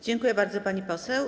Dziękuję bardzo, pani poseł.